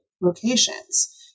locations